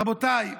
רבותיי,